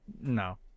no